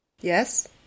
Yes